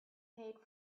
paid